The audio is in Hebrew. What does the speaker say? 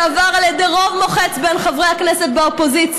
שעבר על ידי רוב מוחץ בין חברי הכנסת באופוזיציה,